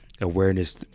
awareness